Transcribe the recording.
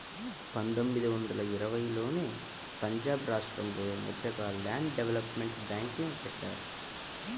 పందొమ్మిది వందల ఇరవైలోనే పంజాబ్ రాష్టంలో మొదటగా ల్యాండ్ డెవలప్మెంట్ బ్యేంక్ని బెట్టారు